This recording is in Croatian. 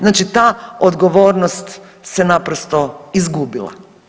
Znači ta odgovornost se naprosto izgubila.